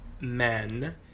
men